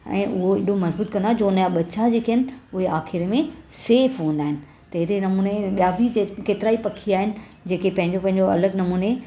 ऐं उहो एॾो मज़बूत कंदो आहे जो उनजा ॿचा जेके आहिनि उहे आख़िरि में सेफ हूंदा आहिनि तहिड़े नमूने ॿिया बि केतिरा ई पखी आहिनि जेके पंहिंजो पंहिंजो अलॻि नमूने